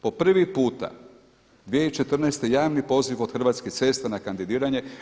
PO prvi puta 2014. javni poziv od Hrvatskih cesta na kandidiranje.